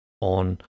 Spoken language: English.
on